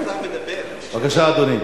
בבקשה, אדוני.